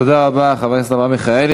תודה רבה, חבר הכנסת אברהם מיכאלי.